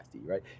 Right